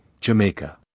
Jamaica